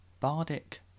Bardic